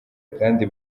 kandi